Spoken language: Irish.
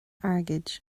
airgid